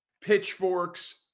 pitchforks